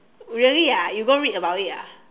really ah you go read about it ah